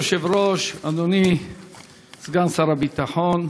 אדוני היושב-ראש, אדוני סגן שר הביטחון,